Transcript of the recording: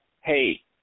Hey